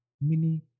mini